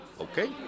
Okay